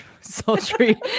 sultry